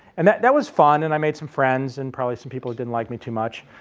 and that that was fun and i made some friends and probably some people didn't like me too much.